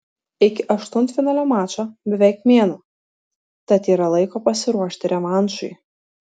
iki aštuntfinalio mačo beveik mėnuo tad yra laiko pasiruošti revanšui